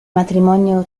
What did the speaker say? matrimonio